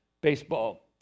baseball